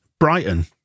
Brighton